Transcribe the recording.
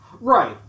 Right